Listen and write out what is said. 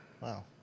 Wow